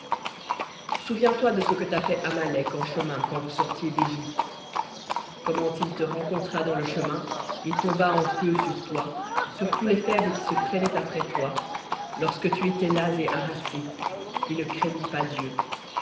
souviens-toi de ce que t'a fait amalek en chemin quand vous sortiez dégypte comment il te rencontra dans le chemin et tomba en queue sur toi sur tous les faibles qui se traînaient après toi lorsque tu étais las et harassé et ne craignit pas dieu